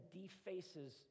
defaces